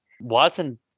Watson